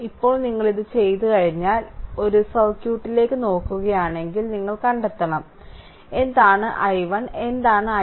ഇപ്പോൾ നിങ്ങൾ ഇത് ചെയ്തുകഴിഞ്ഞാൽ ഇപ്പോൾ നിങ്ങൾ ആ സർക്യൂട്ടിലേക്ക് നോക്കുകയാണെങ്കിൽ നിങ്ങൾ കണ്ടെത്തണം എന്താണ് i1 എന്താണ് i2